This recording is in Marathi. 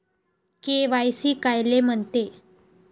के.वाय.सी कायले म्हनते?